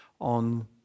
on